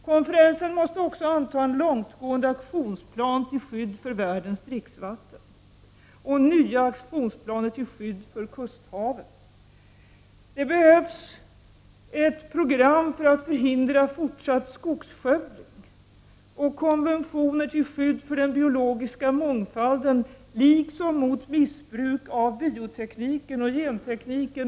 Konferensen måste också anta en långtgående aktionsplan till skydd för världens dricksvatten och nya aktionsplaner till skydd för kusthaven. Det behövs ett program för att förhindra fortsatt skogsskövling och konventioner till skydd för den biologiska mångfalden liksom mot missbruk av biotekniken och gentekniken.